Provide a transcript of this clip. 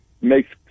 makes